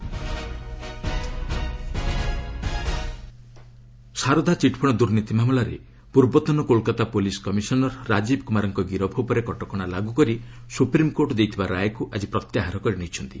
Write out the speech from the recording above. SC chit fund Saradha chit fund ଦୂର୍ନୀତି ମାମଲାରେ ପୂର୍ବତନ କୋଲ୍କତା ପୁଲିସ୍ କମିଶନର୍ ରାଜୀବ୍ କୁମାରଙ୍କ ଗିରଫ ଉପରେ କଟକଣା ଲାଗୁ କରି ସୁପ୍ରିମ୍କୋର୍ଟ ଦେଇଥିବା ରାୟକୁ ଆଜି ପ୍ରତ୍ୟାହାର କରିନେଇଛନ୍ତି